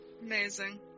Amazing